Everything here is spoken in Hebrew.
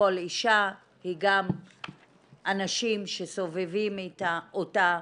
כל אישה היא גם אנשים שסובבים אותה,